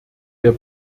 der